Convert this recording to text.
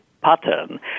pattern